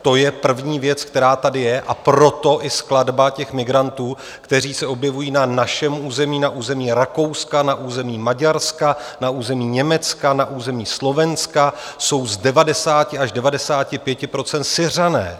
To je první věc, která tady je, a proto i skladba migrantů, kteří se objevují na našem území, na území Rakouska, na území Maďarska, na území Německa, na území Slovenska jsou z 90 až 95 % Syřané.